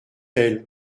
elle